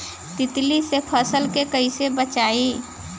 तितली से फसल के कइसे बचाई?